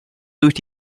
durch